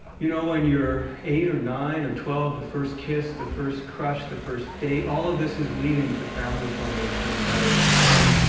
you know, when you're eight or nine or twelve, the first kiss, the first crush, the first date, all of this is leading to family formation and marriage and a home,